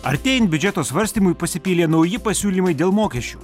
artėjant biudžeto svarstymui pasipylė nauji pasiūlymai dėl mokesčių